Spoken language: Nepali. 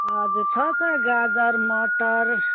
हजुर छ छ गाजर मटर